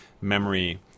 memory